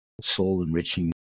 soul-enriching